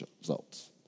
results